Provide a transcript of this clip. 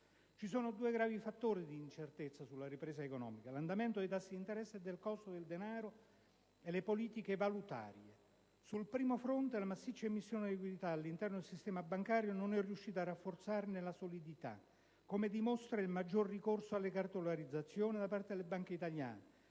Ci sono due gravi fattori di incertezza sulla ripresa economica: l'andamento dei tassi di interesse e del costo del denaro e le politiche valutarie. Sul primo fronte, la massiccia immissione di liquidità all'interno del sistema bancario non è riuscita a rafforzarne la solidità, come dimostra il maggiore ricorso alle cartolarizzazioni da parte delle banche italiane,